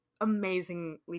amazingly